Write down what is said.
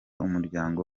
umuryango